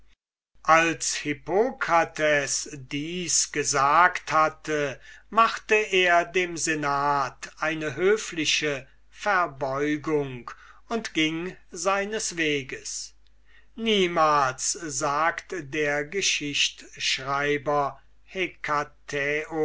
als hippokrates dies gesagt hatte machte er dem senat eine höfliche verbeugung und ging seines weges niemals sagt der geschichtschreiber